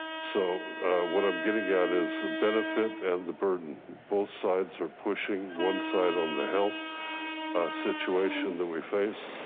so what i'm getting at is the benefit and the burden, both sides are pushing one side on the health situation that we face.